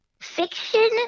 fiction